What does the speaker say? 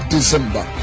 December